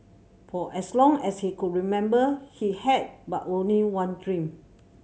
for as long as he could remember he had but only one dream